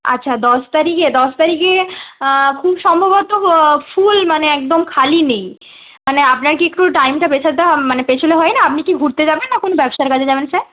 আছা দশ তারিখে দশ তারিখে খুব সম্ভবত ফুল মানে একদম খালি নেই মানে আপনার কি একটু টাইমটা পেছাতে মানে পেছোলে হয় না আপনি কি ঘুরতে যাবেন না কোনো ব্যবসার কাজে যাবেন স্যার